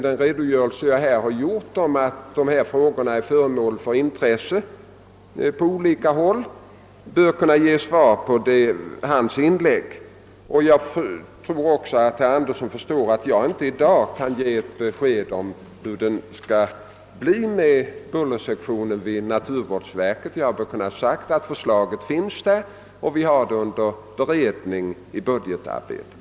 Den redogörelse jag här lämnat om att problemen nu är föremål för intresse på olika håll bör kunna utgöra ett svar på herr Anderssons inlägg. Jag tror också att herr Andersson förstår att jag i dag inte kan ge ett besked om hur det skall bli med bullervårdssektionen vid naturvårdsverket utöver vad jag har sagt om att förslaget finns framlagt och är under beredning i budgetarbetet.